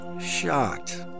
shocked